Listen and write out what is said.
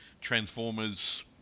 Transformers